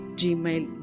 gmail